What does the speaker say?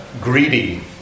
greedy